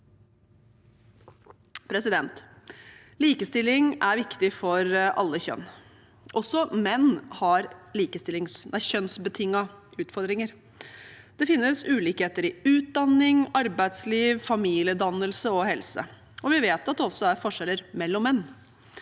Likestilling er viktig for alle kjønn. Også menn har kjønnsbetingede utfordringer. Det finnes ulikheter i utdanning, arbeidsliv, familiedannelse og helse. Vi vet at det også er forskjeller mellom menn.